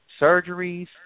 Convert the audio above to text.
surgeries